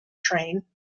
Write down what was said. train